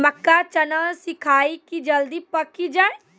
मक्का चना सिखाइए कि जल्दी पक की जय?